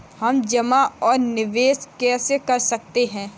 हम जमा और निवेश कैसे कर सकते हैं?